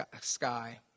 sky